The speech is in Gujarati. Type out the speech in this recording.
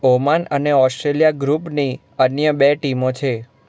ઓમાન અને ઓસ્ટ્રેલિયા ગ્રૂપની અન્ય બે ટીમો છે